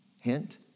Hint